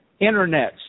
internets